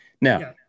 Now